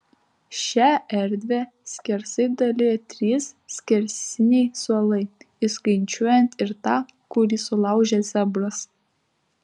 šią erdvę skersai dalijo trys skersiniai suolai įskaičiuojant ir tą kurį sulaužė zebras